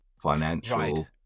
financial